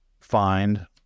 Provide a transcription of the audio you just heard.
find